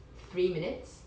three minutes